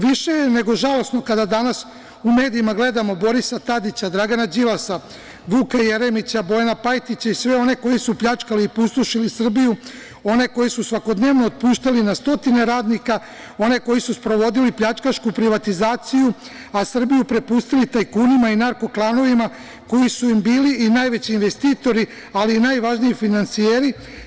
Više je nego žalosno kada danas u medijima gledamo Borisa Tadića, Dragana Đilasa, Vuka Jeremića, Bojana Pajtića i sve one koji su pljačkali i pustošili Srbiju, one koji su svakodnevno otpuštali na stotine radnika, one koji su sprovodili pljačkašku privatizaciju, a Srbiju prepustili tajkunima i narko-klanovima koji su im bili i najveći investitori, ali i najvažniji finansijeri.